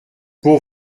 pour